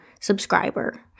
subscriber